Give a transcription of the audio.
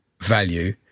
value